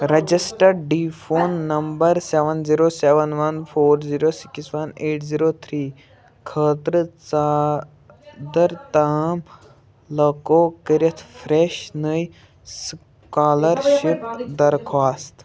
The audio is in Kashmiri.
register D phone number seven zero seven one four zero six one eight zero three خٲطرٕ ژادر تام لکو کٔرِتھ فرٛٮ۪ش نٔے سُکالرشِپ درخواستہٕ